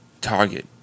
Target